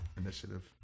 initiative